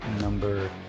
number